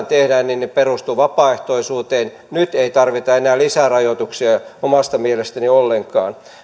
tehdään ne perustuvat vapaaehtoisuuteen nyt ei tarvita enää lisärajoituksia omasta mielestäni ollenkaan